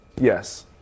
Yes